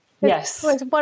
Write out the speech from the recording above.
Yes